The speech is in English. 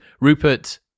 Rupert